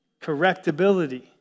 correctability